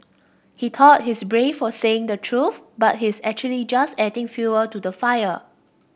he thought he's brave for saying the truth but he's actually just adding fuel to the fire